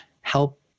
help